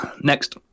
Next